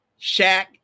Shaq